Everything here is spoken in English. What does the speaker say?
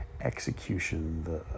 execution